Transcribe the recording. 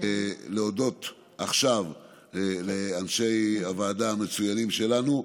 להודות עכשיו לאנשי הוועדה המצוינים שלנו,